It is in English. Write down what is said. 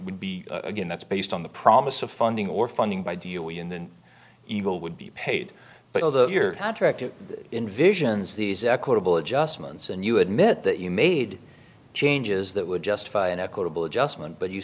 would be again that's based on the promise of funding or funding by deal in evil would be paid but although your contract it envisions these equitable adjustments and you admit that you made changes that would justify an equitable adjustment but you